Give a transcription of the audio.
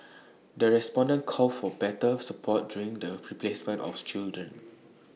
the respondents called for better support during the play placement children